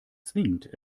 zwingt